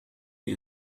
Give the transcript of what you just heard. die